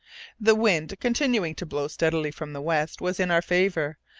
the wind, continuing to blow steadily from the west, was in our favour,